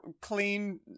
Clean